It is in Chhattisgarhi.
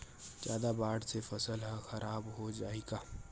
जादा बाढ़ से फसल ह खराब हो जाहि का?